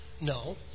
No